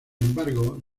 embargo